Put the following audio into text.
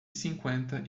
cinquenta